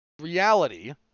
reality